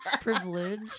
Privilege